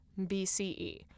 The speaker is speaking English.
BCE